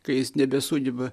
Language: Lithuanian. kai jis nebesugeba